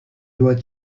dois